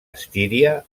estíria